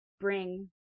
bring